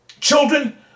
Children